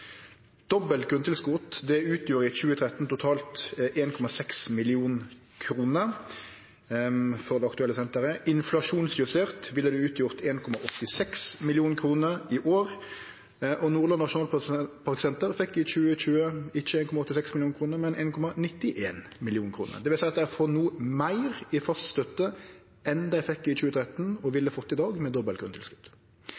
grunntilskot utgjorde i 2013 totalt 1,6 mill. kr for det aktuelle senteret, inflasjonsjustert ville det ha utgjort 1,86 mill. kr i år. Nordland nasjonalparksenter fekk i 2020 ikkje 1,86 mill. kr, men 1,91 mill. kr. Det vil seie at dei no får meir i fast støtte enn dei fekk i 2013 – og